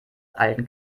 alten